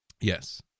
Yes